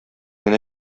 генә